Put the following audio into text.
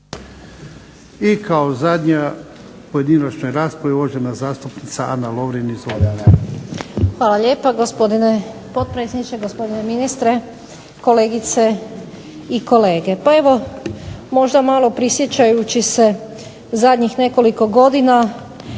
I kao zadnja u pojedinačnoj raspravi, zastupnica Ana Lovrin. Izvolite. **Lovrin, Ana (HDZ)** Hvala lijepa gospodine potpredsjedniče, gospodine ministre, kolegice i kolege. Evo, možda malo prisjećajući se zadnjih nekoliko godina